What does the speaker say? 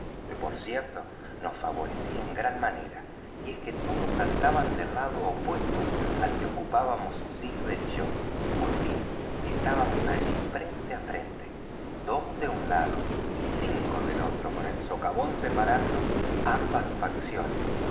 que por cierto nos favorecía en gran manera y es que todos saltaban del lado opuesto al que ocupábamos silver y yo por fin estábamos allí frente á frente dos de un lado y cinco del otro con el socavón separando ambas facciones